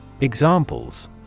Examples